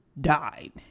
died